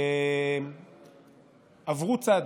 שעברו צד,